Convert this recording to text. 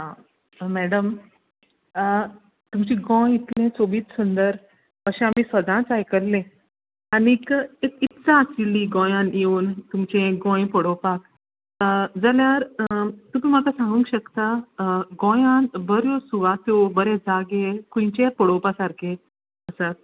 आं मॅडम तुमचे गोंय इतलें सोबीत सुंदर अशें आमी सदांच आयकल्लें आनी एक इत्सा आशिल्ली गोंयांत येवन तुमचे गोंय पळोवपाक जाल्यार तुका म्हाका सांगूक शकता गोंयांत बऱ्यो सुवात्यो बरे जागे खंयचे पळोवपा सारके आसात